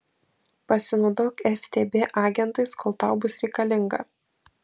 pasinaudok ftb agentais kol tau bus reikalinga